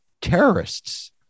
terrorists